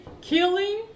Killing